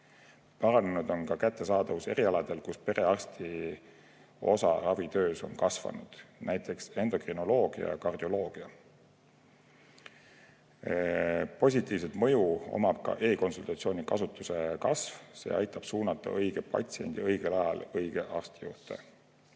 Paranenud on ka kättesaadavus erialadel, kus perearsti osa ravitöös on kasvanud, näiteks endokrinoloogia ja kardioloogia. Positiivne mõju on ka e‑konsultatsiooni kasutuse kasvul. See aitab suunata õige patsiendi õigel ajal õige arsti juurde.